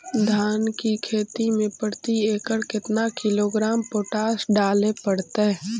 धान की खेती में प्रति एकड़ केतना किलोग्राम पोटास डाले पड़तई?